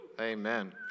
Amen